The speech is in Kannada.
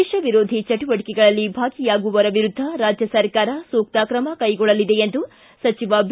ದೇಶ ವಿರೋಧ ಚಟುವಟಕೆಗಳಲ್ಲಿ ಭಾಗಿಯಾಗಿರುವವರ ವಿರುದ್ದ ರಾಜ್ಯ ಸರ್ಕಾರ ಸೂಕ್ತ ತ್ರಮಗೊಳ್ಳಲಿದೆ ಎಂದು ಸಚಿವ ಬಿ